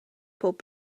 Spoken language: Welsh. pob